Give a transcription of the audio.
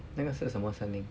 那个是什么声音